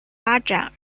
发展